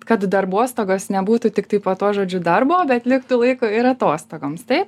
kad darbostogos nebūtų tiktai po tuo žodžiu darbo bet liktų laiko ir atostogoms taip